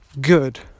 good